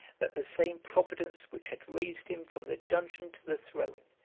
that the same providence which had raised him from the dungeon to the throne,